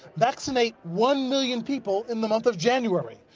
vaccinate one million people in the month of january.